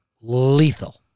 lethal